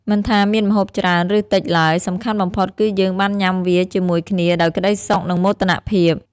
មិនថាមានម្ហូបច្រើន ឬតិចឡើយ សំខាន់បំផុតគឺយើងបានញ៉ាំវាជាមួយគ្នាដោយក្ដីសុខ និងមោទនភាព។